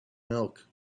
milk